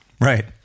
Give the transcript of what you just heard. Right